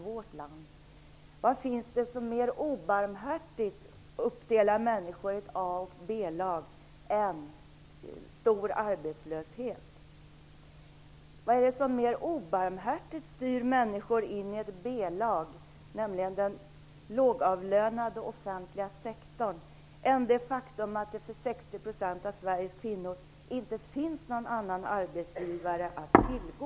Vad är det som mera obarmhärtigt delar in människor i A och B-lag än just en stor arbetslöshet? Vad är det som mera obarmhärtigt styr människor in i ett B-lag, nämligen den lågavlönade offentliga sektorn, än det faktum att det för 60 % av Sveriges kvinnor inte finns någon annan arbetsgivare att tillgå?